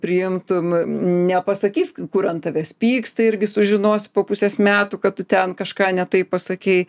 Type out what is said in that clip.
priimtum nepasakys kur ant tavęs pyksta irgi sužinosi po pusės metų kad tu ten kažką ne taip pasakei